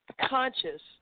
conscious